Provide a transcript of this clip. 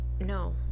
no